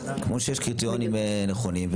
כמו שיש קריטריונים נכונים.